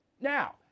Now